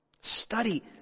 Study